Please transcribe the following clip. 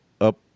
up